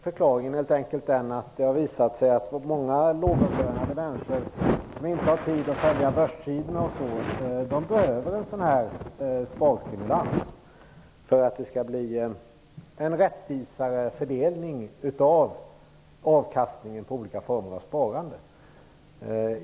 Förklaringen är helt enkelt den att det har visat sig att många lågavlönade människor som inte har tid att följa börssidorna behöver en sådan sparstimulans för att det skall bli en rättvisare fördelning av avkastningen på olika former av sparande.